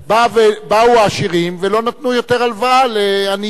באו העשירים ולא נתנו יותר הלוואה לעניים.